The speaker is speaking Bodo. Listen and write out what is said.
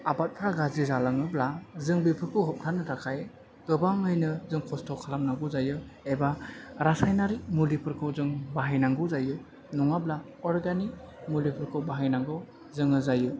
आबादफ्रा गाज्रि जालाङोब्ला जों बेफोरखौ होबथानो थाखाय गोबाङैनो खस्थ' खालामनांगौ जायो एबा रासायनारि मुलिफोरखौ जों बाहायनांगौ जायो नङाब्ला अर्गानिक मुलिफोरखौ बाहायनांगौ जोङो जायो